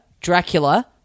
Dracula